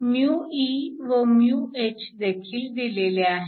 e व hदेखील दिलेल्या आहेत